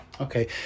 Okay